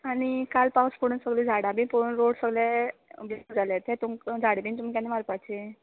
आनी काल पावस पडून सोगले झाडां बी पडून रोड सोगले जाले ते तुमक झाडां बी तुम केन्न मारपाची